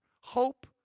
hope